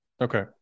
Okay